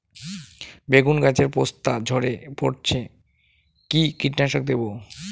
বেগুন গাছের পস্তা ঝরে পড়ছে কি কীটনাশক দেব?